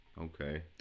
Okay